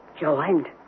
joined